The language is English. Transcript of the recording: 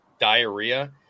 diarrhea